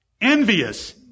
envious